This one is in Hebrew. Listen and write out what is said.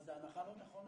אבל זו הנחה לא נכונה.